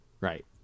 Right